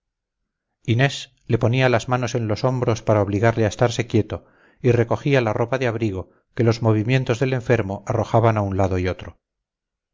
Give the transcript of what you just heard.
inés le ponía las manos en los hombros para obligarle a estarse quieto y recogía la ropa de abrigo que los movimientos del enfermo arrojaban a un lado y otro